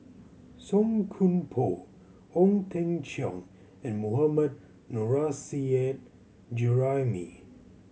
Song Koon Poh Ong Teng Cheong and Mohammad Nurrasyid Juraimi